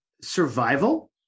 survival